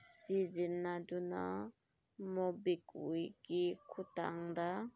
ꯁꯤꯖꯤꯟꯅꯗꯨꯅ ꯃꯣꯕꯤꯛ ꯋꯤꯛꯀꯤ ꯈꯨꯠꯊꯥꯡꯗ